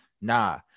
Nah